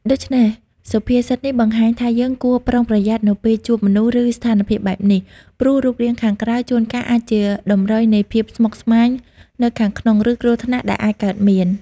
ដូច្នេះ សុភាសិតនេះបង្ហាញថាយើងគួរប្រុងប្រយ័ត្ននៅពេលជួបមនុស្ស ឬស្ថានភាពបែបនេះ ព្រោះរូបរាងខាងក្រៅជួនកាលអាចជាតម្រុយនៃភាពស្មុគស្មាញនៅខាងក្នុង ឬគ្រោះថ្នាក់ដែលអាចកើតមាន។